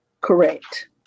Correct